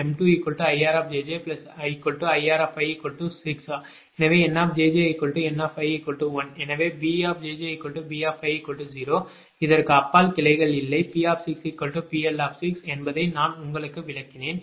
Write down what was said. எனவே N N5 1 எனவே BjjB50 இதற்கு அப்பால் கிளைகள் இல்லை P6 PL6 என்பதை நான் உங்களுக்கு விளக்கினேன்